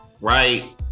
right